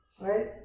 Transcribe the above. right